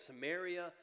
Samaria